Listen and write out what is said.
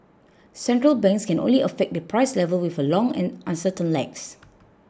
central banks can only affect the price level with long and uncertain lags